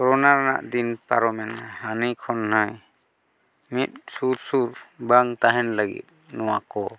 corona ᱨᱮᱱᱟ ᱫᱤᱱ ᱯᱟᱨᱚᱢᱮᱱᱟ ᱦᱟᱹᱱᱤ ᱠᱷᱚᱱ ᱱᱟᱹᱭ ᱢᱤᱫ ᱥᱩᱨ ᱥᱩᱨ ᱵᱟᱝ ᱛᱟᱦᱮᱱ ᱞᱟᱹᱜᱤᱫ ᱱᱚᱣᱟ ᱠᱚ